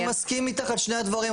אני מסכים איתך על שני הדברים.